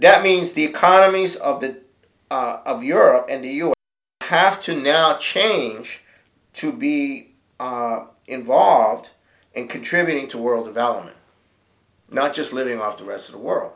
that means the economies of that of europe and you have to now change to be involved in contributing to world development not just living off the rest of the world